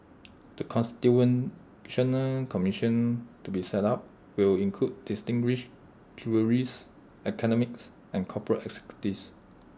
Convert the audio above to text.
the constitutional commission to be set up will include distinguished jurists academics and corporate executives